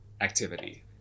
activity